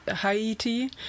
Haiti